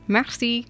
Merci